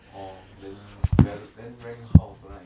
orh then then rank how tonight